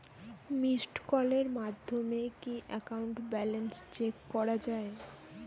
Missed কলের মাধ্যমে কি একাউন্ট ব্যালেন্স চেক করা যায়?